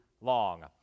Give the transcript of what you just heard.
long